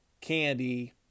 Candy